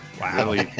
wow